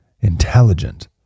intelligent